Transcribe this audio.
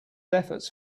efforts